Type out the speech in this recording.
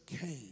came